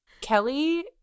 Kelly